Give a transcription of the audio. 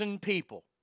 people